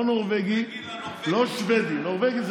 לא נורבגי, לא שבדי.